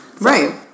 right